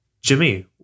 Jimmy